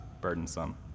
burdensome